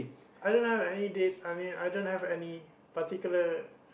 I don't have any dates I mean I don't have any particular